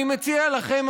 אני מציע לכם,